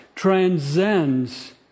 transcends